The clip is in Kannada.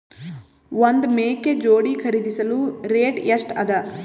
ಒಂದ್ ಮೇಕೆ ಜೋಡಿ ಖರಿದಿಸಲು ರೇಟ್ ಎಷ್ಟ ಅದ?